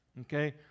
okay